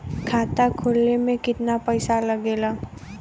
खाता खोले में कितना पैसा लगेला?